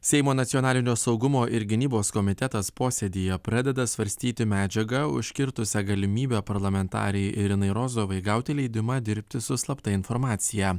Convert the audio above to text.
seimo nacionalinio saugumo ir gynybos komitetas posėdyje pradeda svarstyti medžiagą užkirtusią galimybę parlamentarei irinai rozovai gauti leidimą dirbti su slapta informacija